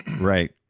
Right